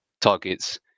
targets